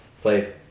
Play